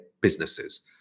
businesses